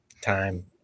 time